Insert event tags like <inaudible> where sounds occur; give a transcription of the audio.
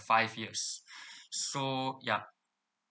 five years <breath> so ya